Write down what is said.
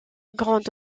grand